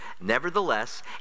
Nevertheless